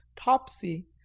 Topsy